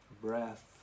breath